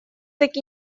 так